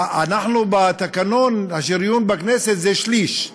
אנחנו בתקנון, השריון בכנסת הוא שליש.